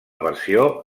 versió